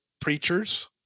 preachers